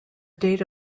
data